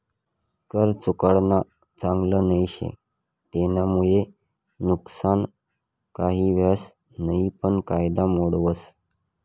कर चुकाडानं चांगल नई शे, तेनामुये नुकसान काही व्हस नयी पन कायदा मोडावस